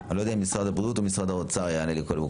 אני לא יודע אם משרד הבריאות או משרד האוצר יענה לי קודם.